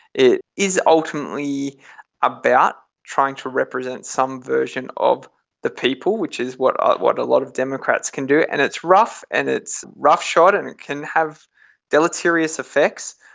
it is ultimately ultimately about trying to represent some version of the people, which is what ah what a lot of democrats can do, and it's rough and it's roughshod and it can have deleterious effects,